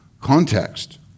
context